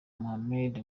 mohammed